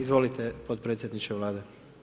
Izvolite potpredsjedniče Vlade.